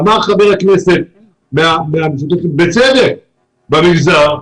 אמר חבר הכנסת שחאדה בצדק שבמגזר,